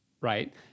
right